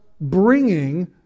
bringing